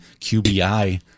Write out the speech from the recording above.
QBI